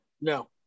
No